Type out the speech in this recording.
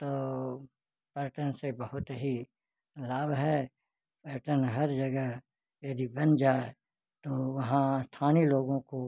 तो पर्यटन से बहुत ही लाभ है पर्यटन हर जगह यदि बन जाए तो वहाँ स्थानीय लोगों को